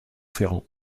ferrand